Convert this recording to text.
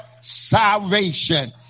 salvation